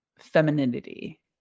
femininity